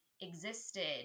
existed